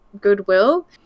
goodwill